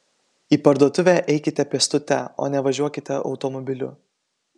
į parduotuvę eikite pėstute o ne važiuokite automobiliu